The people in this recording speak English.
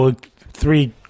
three